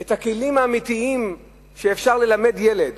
את הכלים האמיתיים שאפשר ללמד ילד,